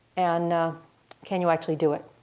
and can you actually do it?